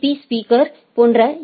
பீ speaker போன்ற ஏ